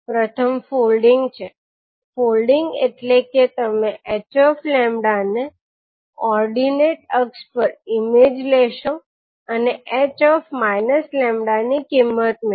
પ્રથમ ફોલ્ડિંગ છે ફોલ્ડિંગ એટલે કે તમે ℎ𝜆 ની ઓર્ડિનેટ અક્ષ પર મિરર ઇમેજ લેશો અને ℎ −𝜆 ની કિંમત મેળવો